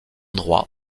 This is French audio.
droit